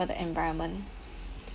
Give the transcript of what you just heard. for the environment